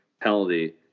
penalty